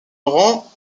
laurent